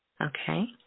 Okay